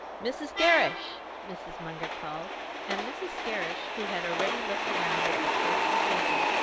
mrs. gerrish! mrs. munger called and mrs. gerrish, who had already looked around at the approaching phaeton,